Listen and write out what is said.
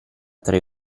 tre